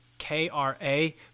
k-r-a